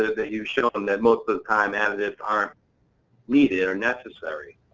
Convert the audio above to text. that that you've shown and that most of the time additives aren't needed or necessary,